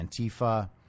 Antifa